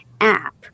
app